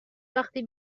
وقتی